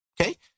okay